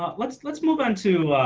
ah let's, let's move on to